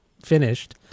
finished